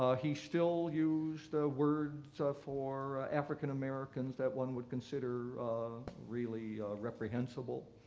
ah he still used words so for african-americans that one would consider really reprehensible.